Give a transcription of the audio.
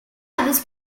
others